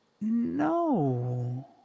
No